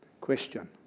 Question